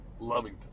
Lovington